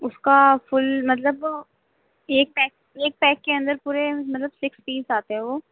اُس کا فل مطلب ایک پیک ایک پیک کے اندر پورے مطلب سکس پیس آتے ہے وہ